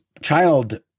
child